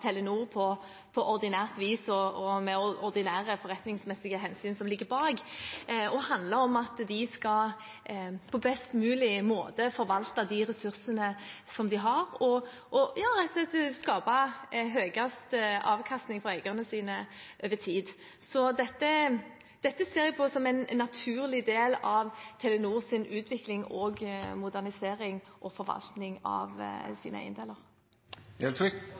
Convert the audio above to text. Telenor på ordinært vis, og det er ordinære forretningsmessige hensyn som ligger bak. Det handler om at de skal forvalte de ressursene de har, på best mulig måte, og rett og slett skape høyest mulig avkastning for eierne sine over tid. Dette ser jeg på som en naturlig del av Telenors utvikling, modernisering og forvaltning av sine